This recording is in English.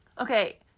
Okay